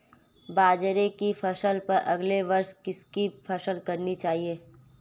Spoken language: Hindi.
बाजरे की फसल पर अगले वर्ष किसकी फसल करनी चाहिए?